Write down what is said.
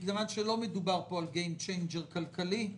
מכיוון שלא מדובר פה על "גיים צ'יינג'ר" כלכלי,